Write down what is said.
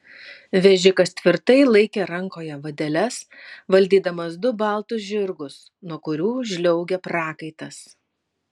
vežikas tvirtai laikė rankoje vadeles valdydamas du baltus žirgus nuo kurių žliaugė prakaitas